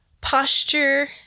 posture